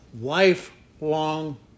lifelong